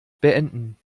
beenden